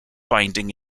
binding